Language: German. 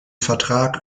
vertrag